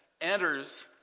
enters